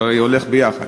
זה הרי הולך ביחד.